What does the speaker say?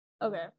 Okay